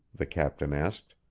the captain asked.